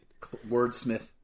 wordsmith